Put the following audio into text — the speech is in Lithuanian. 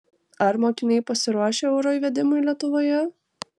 ar mokiniai pasiruošę euro įvedimui lietuvoje